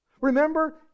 Remember